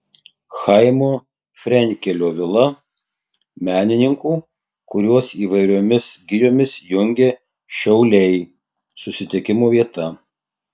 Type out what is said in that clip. chaimo frenkelio vila menininkų kuriuos įvairiomis gijomis jungia šiauliai susitikimo vieta